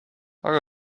aga